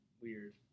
weird